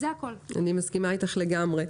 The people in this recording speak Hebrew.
אני מסכימה אתך לגמרי.